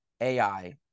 AI